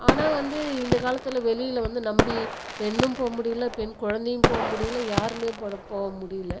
ஆனால் வந்து இந்த காலத்தில் வெளியில் வந்து நம்பி பெண்ணும் போக முடியல பெண் கொழந்தையும் போக முடியல யாருமே பொட போக முடியல